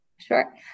Sure